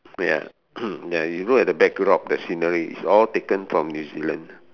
ya ya you look at the backdrop at the scenery it's all taken from New Zealand